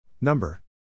Number